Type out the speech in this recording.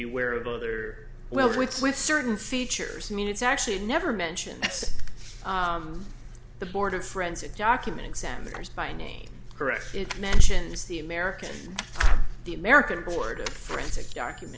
aware of other well what's with certain features i mean it's actually never mentioned the board of friends a document sanders by name correct it mentions the american the american board of frantic document